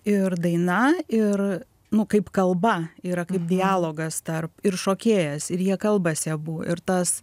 ir daina ir nu kaip kalba yra kaip dialogas tarp ir šokėjas ir jie kalbasi abu ir tas